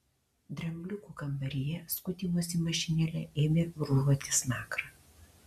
drambliukų kambaryje skutimosi mašinėle ėmė brūžuoti smakrą